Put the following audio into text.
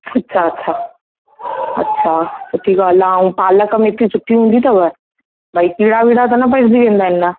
अच्छा अच्छा अच्छा हा सुठी ॻाल्हि आहे ऐं पालक मेथी सुठी हूंदी अथव भई कीड़ा वीड़ा त न पंहिंजी वेंदा आहिनि न